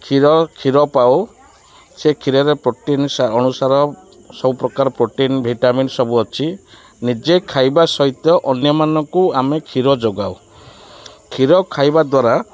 କ୍ଷୀର କ୍ଷୀର ପାଉ ସେ କ୍ଷୀରରେ ପ୍ରୋଟିନ୍ ଅଣୁସାର ସବୁପ୍ରକାର ପ୍ରୋଟିନ୍ ଭିଟାମିନ୍ ସବୁ ଅଛି ନିଜେ ଖାଇବା ସହିତ ଅନ୍ୟମାନଙ୍କୁ ଆମେ କ୍ଷୀର ଯୋଗାଉ କ୍ଷୀର ଖାଇବା ଦ୍ୱାରା